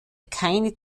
keine